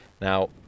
Now